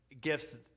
gifts